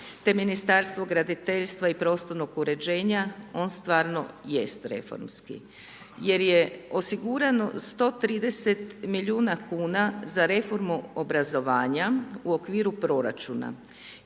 te Ministarstvo graditeljstva i prostornog uređenja on stvarno jest reformski. Jer je osigurano 130 milijuna kn, za reformu obrazovanja u okviru proračuna